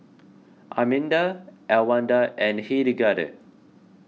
Arminda Elwanda and Hildegarde